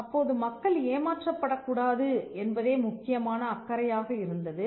அப்போது மக்கள் ஏமாற்றப் படக்கூடாது என்பதே முக்கியமான அக்கறையாக இருந்தது